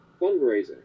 fundraising